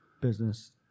business